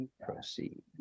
proceed